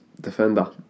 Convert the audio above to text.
defender